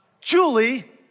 Julie